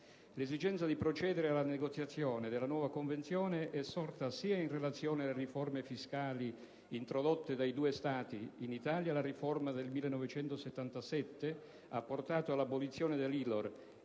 L'esigenza di procedere alla negoziazione della nuova Convenzione è sorta sia in relazione alle riforme fiscali introdotte dai due Stati (in Italia, la riforma del 1997 ha portato all'abolizione dell'ILOR